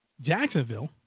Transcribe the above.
Jacksonville